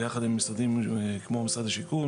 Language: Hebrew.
ביחד עם המשרדים כמו משרד השיכון,